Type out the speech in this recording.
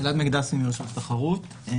אנחנו